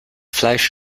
fleisch